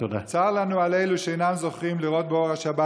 צר לנו על אלו שאינם זוכים לראות באור השבת.